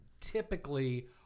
typically